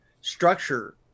structure